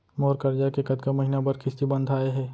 मोर करजा के कतका महीना बर किस्ती बंधाये हे?